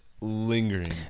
lingering